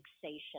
fixation